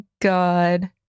god